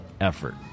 effort